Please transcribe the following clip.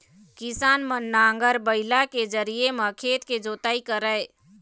किसान मन नांगर, बइला के जरिए म खेत के जोतई करय